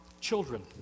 children